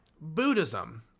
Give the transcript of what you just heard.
Buddhism